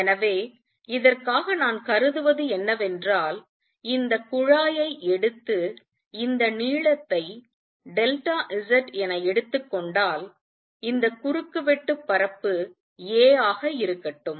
எனவே இதற்காக நான் கருதுவது என்னவென்றால் இந்த குழாயை எடுத்து இந்த நீளத்தை டெல்டா z என எடுத்துக் கொண்டால் இந்த குறுக்கு வெட்டு பரப்பு a ஆக இருக்கட்டும்